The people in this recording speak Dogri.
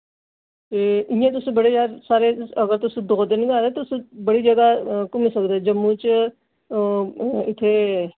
ते इ'यां तुस बड़े सारे अगर तुस दो दिन गै आए दे तुस बड़ी ज'गा घुम्मी सकदे ओह् जम्मू च इत्थै